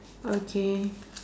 okay